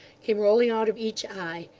came rolling out of each eye,